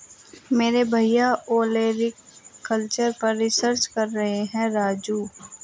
मेरे भैया ओलेरीकल्चर पर रिसर्च कर रहे हैं राजू